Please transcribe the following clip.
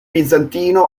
bizantino